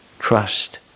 trust